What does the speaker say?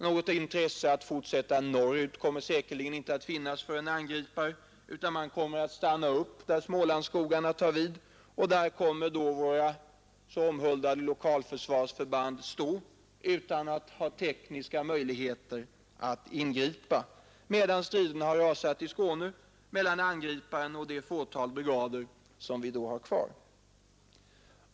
Något intresse att fortsätta norrut kommer förmodligen inte att föreligga för en angripare, utan man kommer att stanna upp där Smålandsskogarna tar vid. Där kommer då våra så omhuldade lokalförsvarsförband att stå utan att ha tekniska möjligheter att ingripa medan striderna rasar i Skåne mellan angriparen och det fåtal brigader som vi har kvar.